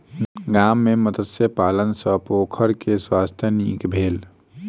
गाम में मत्स्य पालन सॅ पोखैर के स्वास्थ्य नीक भेल